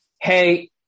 hey